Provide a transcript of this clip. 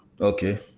Okay